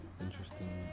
interesting